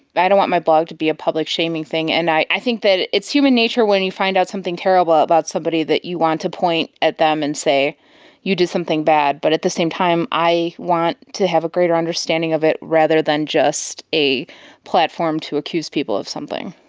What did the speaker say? i don't want my blog to be a public shaming thing. and i think it's human nature when you find out something terrible about somebody, that you want to point at them and say you did something bad, but at the same time i want to have a greater understanding of it rather than just a platform to accuse people of something.